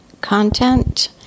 content